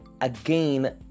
again